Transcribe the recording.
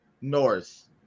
north